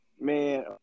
man